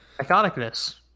iconicness